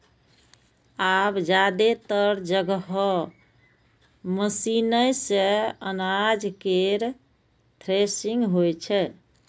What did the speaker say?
आब जादेतर जगह मशीने सं अनाज केर थ्रेसिंग होइ छै